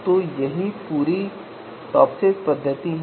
तो यही पूरी टॉपसिस पद्धति है